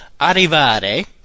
arrivare